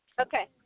Okay